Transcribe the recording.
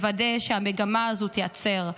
לוודא שהמגמה הזאת תיעצר.